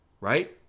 right